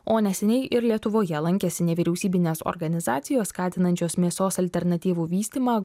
o neseniai ir lietuvoje lankėsi nevyriausybinės organizacijos skatinančios mėsos alternatyvų vystymą